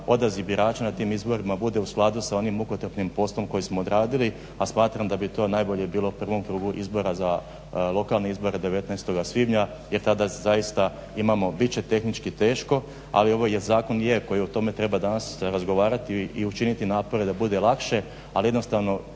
odaziv birača na tim izborima bude u skladu s onim mukotrpnim poslom koji smo odradili, a smatram da bi to najbolje bilo u prvom krugu izbora za lokalne izbora 19.svibnja jer tada zaista imamo bit će tehnički teško ali ovo je zakon o kojem treba danas razgovarati i učiniti napore da bude lakše, ali jednostavno